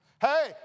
Hey